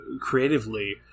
creatively